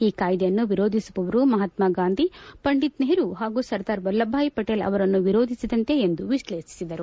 ಈ ಕಾಯ್ದೆಯನ್ನು ವಿರೋಧಿಸುವವರು ಮಹಾತ್ನಾಗಾಂಧಿ ಪಂಡಿತ್ ನೆಹರೂ ಹಾಗೂ ಸರ್ದಾರ್ ವಲ್ಲಭ್ಬಾಯ್ ಪಟೇಲ್ ಅವರನ್ನು ವಿರೋಧಿಸಿದಂತೆ ಎಂದು ವಿಶ್ಲೇಷಿಸಿದರು